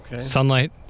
Sunlight